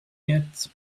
yet